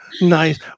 Nice